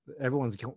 everyone's